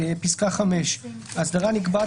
(5) האסדרה נקבעת,